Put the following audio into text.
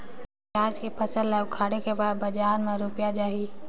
पियाज के फसल ला उखाड़े के बाद बजार मा रुपिया जाही?